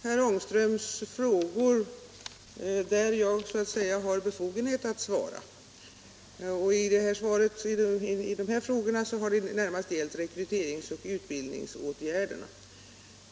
Herr talman! Jag har svarat på herr Ångströms frågor, där jag så att säga har befogenhet att svara. De här frågorna har närmast gällt rekryteringsoch utbildningsåtgärder.